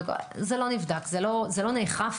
זה לא נבדק, זה לא נאכף